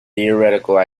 theoretically